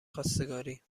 خواستگاری